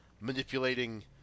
manipulating